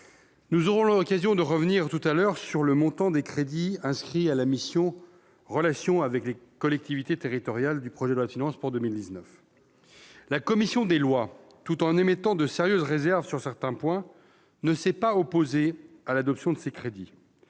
nous aurons l'occasion de revenir sur le montant des crédits inscrits au titre de la mission « Relations avec les collectivités territoriales » du projet de loi de finances pour 2019. La commission des lois, tout en émettant de sérieuses réserves sur certains points, ne s'est pas opposée à l'adoption de ces crédits,